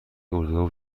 اردوگاه